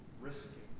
risking